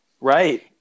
Right